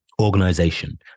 organization